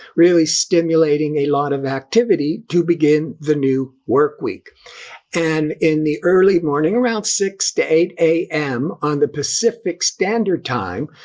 really stimulating a lot of activity to begin. the new work week and in the early morning around six to eight am on the pacific standard time,